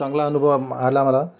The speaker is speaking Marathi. चांगला अनुभव आला मला